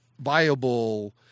viable